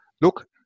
look